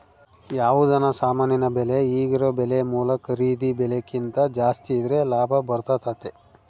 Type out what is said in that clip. ಯಾವುದನ ಸಾಮಾನಿನ ಬೆಲೆ ಈಗಿರೊ ಬೆಲೆ ಮೂಲ ಖರೀದಿ ಬೆಲೆಕಿಂತ ಜಾಸ್ತಿದ್ರೆ ಲಾಭ ಬರ್ತತತೆ